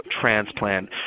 transplant